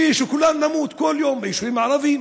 ושכולנו נמות כל יום ביישובים הערביים.